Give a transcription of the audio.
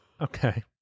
Okay